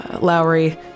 Lowry